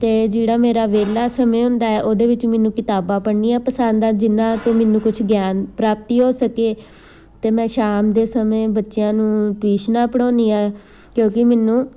ਅਤੇ ਜਿਹੜਾ ਮੇਰਾ ਵਿਹਲਾ ਸਮੇਂ ਹੁੰਦਾ ਹੈ ਉਹਦੇ ਵਿੱਚ ਮੈਨੂੰ ਕਿਤਾਬਾਂ ਪੜ੍ਹਨੀਆਂ ਪਸੰਦ ਆ ਜਿਨ੍ਹਾਂ ਤੋਂ ਮੈਨੂੰ ਕੁਛ ਗਿਆਨ ਪ੍ਰਾਪਤੀ ਹੋ ਸਕੇ ਅਤੇ ਮੈਂ ਸ਼ਾਮ ਦੇ ਸਮੇਂ ਬੱਚਿਆਂ ਨੂੰ ਟਿਊਸ਼ਨਾਂ ਪੜ੍ਹਾਉਂਦੀ ਹਾਂ ਕਿਉਂਕਿ ਮੈਨੂੰ